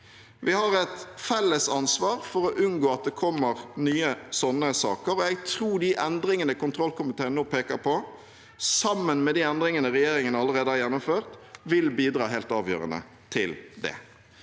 Vi har et felles ansvar for å unngå at det kommer nye sånne saker, og jeg tror de endringene kontrollkomiteen nå peker på, sammen med de endringene regjeringen allerede har gjennomført, vil bidra helt avgjørende til det.